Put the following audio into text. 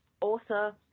author